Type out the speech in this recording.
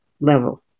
level